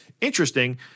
interesting